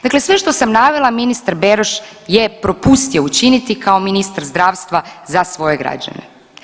Dakle, sve što sam navela, ministar Beroš je propustio učiniti kao ministar zdravstva za svoje građane.